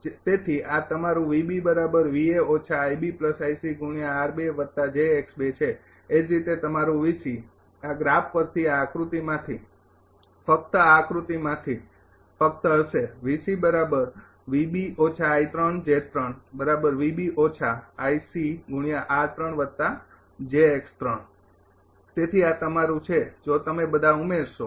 તેથી આ તમારું છે એ જ રીતે તમારું આ ગ્રાફ પરથી આ આકૃતિમાંથી ફક્ત આ આકૃતિમાંથી ફકત હશે તેથી આ તમારું છે જો તમે બધા ઉમેરશો